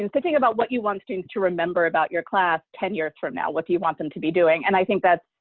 and to think about what you want students to remember about your class ten years from now. what do you want them to be doing? and i think that's,